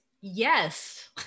yes